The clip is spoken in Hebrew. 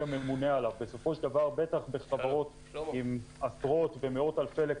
בואו נקרא את הפיסקה עד סופה "ויודיע לאירוע ללא דיחוי,